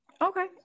Okay